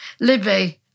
Libby